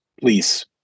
please